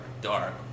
dark